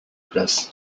place